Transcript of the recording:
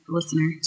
listener